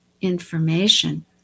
information